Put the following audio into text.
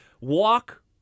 walk